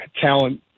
talent